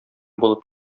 булып